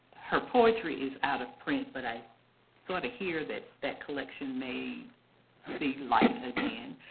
her poetry is out of print. but i sort of hear that that collection may see light again.